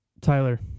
Tyler